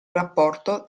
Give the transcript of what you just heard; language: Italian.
rapporto